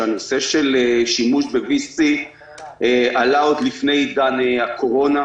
שהנושא של שימוש ב-וי-סי עלה עוד לפני עידן הקורונה.